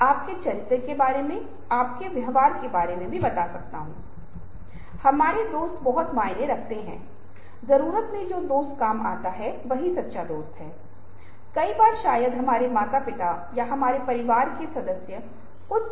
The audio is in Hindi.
मार्सेल मैकक्लेनMarcel McClain's का प्रसिद्ध कथन माध्यम संदेश है कुछ ऐसा है जिसे इस अर्थ में समझा जाना चाहिए कि विभिन्न प्रकार की संस्कृतियाँ संचार के विभिन्न तरीकों पर निर्भर करती हैं और आज की संस्कृति अनिवार्य रूप से विजुअल्स की संस्कृति पर निर्भर करता है और इसका प्रभाव हमारे संवाद करने के तरीके पर पड़ता है